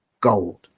gold